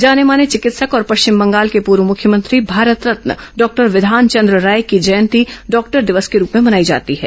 जाने माने विकित्सक और पश्चिम बंगाल के पूर्व मुख्यमंत्री भारत रत्न डॉक्टर विधानचंद्र राय की जयंती डॉक्टर दिवस के रूप में मनाई जाती है